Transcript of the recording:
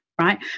right